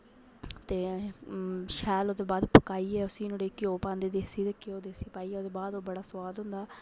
ते शैल ओह्दे बाद सुकाइयै उसी घ्यो पांदे देसी पाइयै ओह्दे बाद बड़ा सुआद होंदा